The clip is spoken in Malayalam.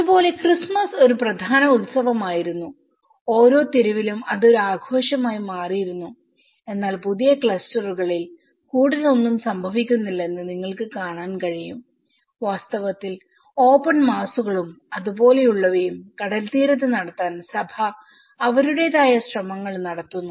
അതുപോലെ ക്രിസ്മസ് ഒരു പ്രധാന ഉത്സവമായിരുന്നു ഓരോ തെരുവിലും അത് ഒരു ആഘോഷമായി മാറിയിരുന്നു എന്നാൽ പുതിയ ക്ലസ്റ്ററുകളിൽ കൂടുതൽ ഒന്നും സംഭവിക്കുന്നില്ലെന്ന് നിങ്ങൾക്ക് കാണാൻ കഴിയും വാസ്തവത്തിൽ ഓപ്പൺ മാസ്സുകളും അത്പോലുള്ളവയും കടൽതീരത്ത് നടത്താൻ സഭ അവരുടേതായ ശ്രമങ്ങൾ നടത്തുന്നു